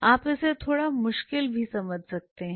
आप इसे थोड़ा मुश्किल भी समझ सकते हैं